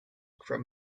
from